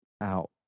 out